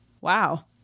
Wow